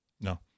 No